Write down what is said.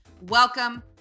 Welcome